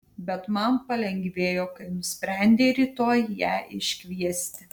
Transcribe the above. bet man palengvėjo kai nusprendei rytoj ją iškviesti